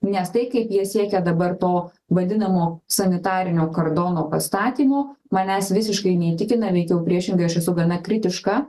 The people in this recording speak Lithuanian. nes tai kaip jie siekia dabar to vadinamo sanitarinio kardono pastatymo manęs visiškai neįtikina veikiau priešingai aš esu gana kritiška